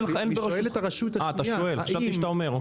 אני שואל את הרשות השנייה -- אתה שואל חשבתי שאתה אומר אותם.